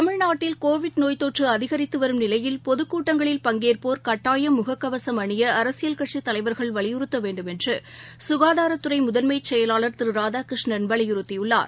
தமிழ்நாட்டில் கோவிட் நோய்த்தொற்றுஅதிகரித்துவரும்நிலையில் பொதுக்கூட்டங்களில் பங்கேற்போர் கட்டாயம் முகக்கவசம் அணியஅரசியல் கட்சித் தலைவர்கள் வலியுறுத்தவேண்டும் என்றுசுகாதாரத்துறைமுதன்மைசெயலாளர் திருராதாகிருஷ்ணன் வலியுறுத்தியுள்ளார்